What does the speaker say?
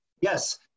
Yes